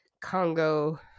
Congo